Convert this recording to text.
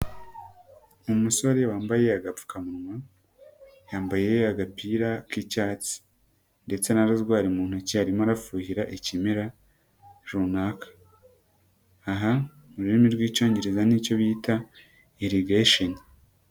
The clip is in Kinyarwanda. Umusore wambaye agapfukamunwa, yambaye agapira k'icyatsi ndetse na rozwa mu ntoki arimo arafuhira ikimera, runaka, aha ururimi rw'Icyongereza nicyo bita, iirrigation.